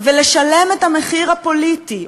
ולשלם את המחיר הפוליטי,